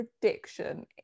prediction